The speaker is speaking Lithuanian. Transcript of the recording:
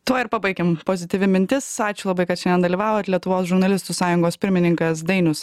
tuo ir pabaikim pozityvi mintis ačiū labai kad šiandien dalyvavot lietuvos žurnalistų sąjungos pirmininkas dainius